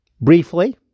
Briefly